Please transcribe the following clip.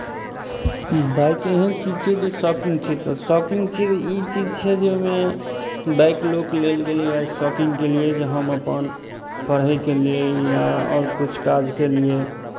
bike एहन चीज छै जे शौकिंग छै तऽ शौकिंग छै तऽ ई चीज छै जे ओहिमे बाइक लोक लेल गेलैए शौकिंगके लिए जे हम अपन पढ़यके लिए या आओर किछु काजके लिए